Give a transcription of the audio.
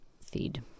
feed